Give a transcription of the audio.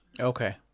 Okay